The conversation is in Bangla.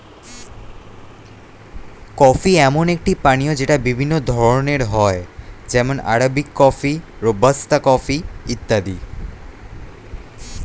কফি এমন একটি পানীয় যেটা বিভিন্ন ধরণের হয় যেমন আরবিক কফি, রোবাস্তা কফি ইত্যাদি